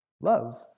Love